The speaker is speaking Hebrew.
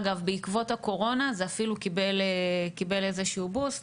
אגב בעקבות הקורונה זה אפילו קיבל איזשהו בוסט